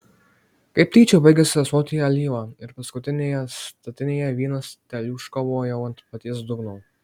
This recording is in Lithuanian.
kaip tyčia baigėsi ąsotyje alyva ir paskutinėje statinėje vynas teliūškavo jau ant paties dugno